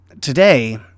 today